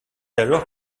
alors